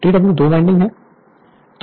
TW दो winding है